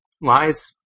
lies